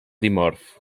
dimorf